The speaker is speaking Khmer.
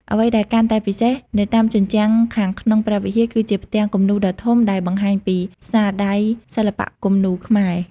អ្វីដែលកាន់តែពិសេស នៅតាមជញ្ជាំងខាងក្នុងព្រះវិហារ គឺជាផ្ទាំងគំនូរដ៏ធំ ដែលបង្ហាញពីស្នាដៃសិល្បៈគំនូរខ្មែរ។